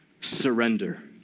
surrender